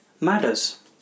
matters